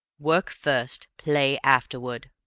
work first, play afterward.